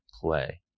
play